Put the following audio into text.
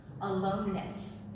aloneness